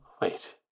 Wait